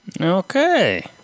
Okay